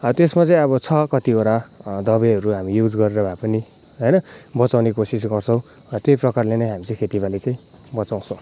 तेस्मा चाहिँ अब छ कतिवटा दबाईहरू हामी युज गरेर भए पनि होइन बचाउने कोसिस गर्छौँ त्यही प्रकारले हामी खेती बाली चाहिँ बचाउँछौँ